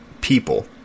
people